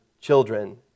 children